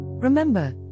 Remember